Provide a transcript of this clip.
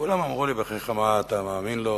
כולם אמרו לי: בחייך, מה אתה מאמין לו?